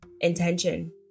Intention